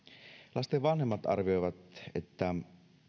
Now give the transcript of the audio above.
lasten vanhemmat arvioivat että